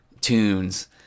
tunes